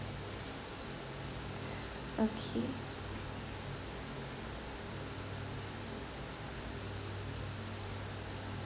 okay